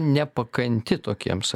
nepakanti tokiems